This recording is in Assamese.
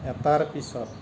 এটাৰ পিছৰ